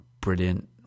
brilliant